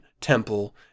Temple